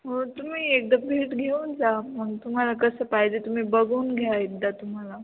हो तु्ही एकदा भेट घेऊन जा मग तुम्हाला कसं पाहिजे तुम्ही बघून घ्या एकदा तुम्हाला